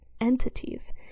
entities